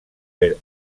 ver